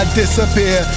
disappear